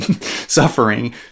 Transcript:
suffering